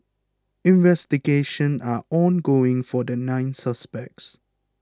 investigation are ongoing for the nine suspects